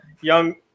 Young